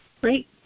Great